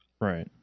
right